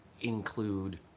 include